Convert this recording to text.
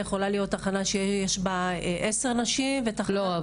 יכולה להיות תחנה שיש בה עשר נשים --- לא,